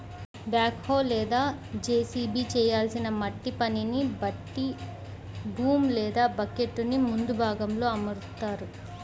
back హో లేదా JCB చేయాల్సిన మట్టి పనిని బట్టి బూమ్ లేదా బకెట్టుని ముందు భాగంలో అమరుత్తారు